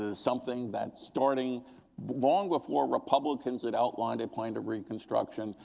ah something that's starting long before republicans had outlined a point of reconstruction.